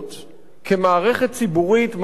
כמערכת ציבורית ממלכתית